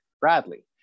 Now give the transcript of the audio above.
Bradley